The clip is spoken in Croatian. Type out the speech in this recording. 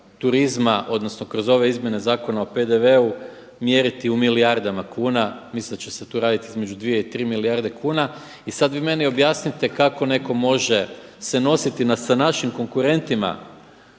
odnosno kroz ove izmjene Zakona o PDV-u mjeriti u milijardama kuna, mislim da će se tu raditi između 2 i 3 milijarde kuna. I sad vi meni objasnite kako neko može se nositi sa našim konkurentima